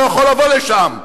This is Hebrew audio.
לא יכול לבוא לשם,